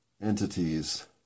entities